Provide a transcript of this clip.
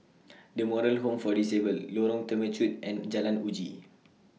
The Moral Home For Disabled Lorong Temechut and Jalan Uji